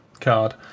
card